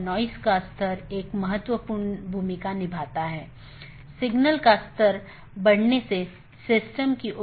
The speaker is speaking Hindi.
BGP चयन एक महत्वपूर्ण चीज है BGP एक पाथ वेक्टर प्रोटोकॉल है जैसा हमने चर्चा की